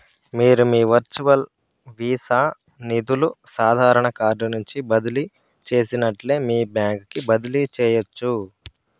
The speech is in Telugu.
మీరు మీ వర్చువల్ వీసా నిదులు సాదారన కార్డు నుంచి బదిలీ చేసినట్లే మీ బాంక్ కి బదిలీ చేయచ్చు